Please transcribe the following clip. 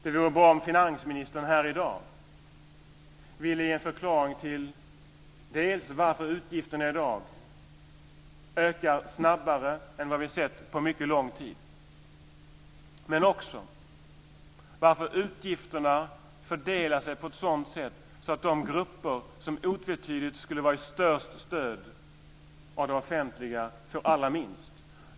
Det vore bra om finansministern här i dag ville ge en förklaring till dels varför utgifterna ökar snabbare än vad vi sett på mycket långt tid, dels varför utgifterna fördelar sig på ett sådant sätt att de grupper som otvetydigt är i störst behov av stöd från det offentliga får allra minst.